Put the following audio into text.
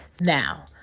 Now